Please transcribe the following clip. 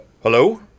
Hello